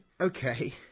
okay